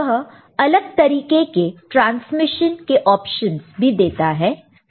वह अलग तरीके के ट्रांसमिशन के ऑप्शन भी देता है